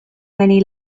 many